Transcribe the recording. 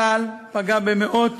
צה"ל פגע במאות